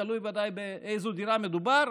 תלוי ודאי באיזו דירה מדובר.